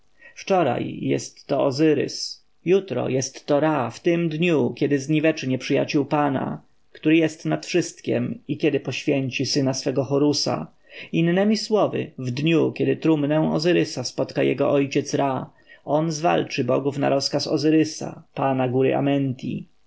wczoraj jest to ozyrys jutro jest to ra w tym dniu kiedy zniweczy nieprzyjaciół pana który jest nad wszystkiem i kiedy poświęci syna swego horusa innemi słowy w dniu kiedy trumnę ozyrysa spotka jego ojciec ra on zwalczy bogów na rozkaz ozyrysa pana góry